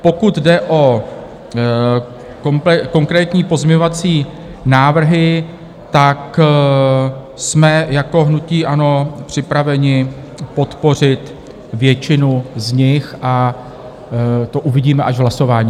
Pokud jde o konkrétní pozměňovací návrhy, jsme jako hnutí ANO připraveni podpořit většinu z nich, a to uvidíme až v hlasování.